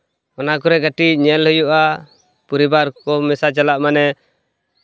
ᱚᱱᱟ ᱠᱚᱨᱮ ᱠᱟᱹᱴᱤᱡ ᱧᱮᱞ ᱦᱩᱭᱩᱜᱼᱟ ᱯᱚᱨᱤᱵᱟᱨ ᱠᱚ ᱢᱮᱥᱟ ᱪᱟᱞᱟᱜ ᱢᱟᱱᱮ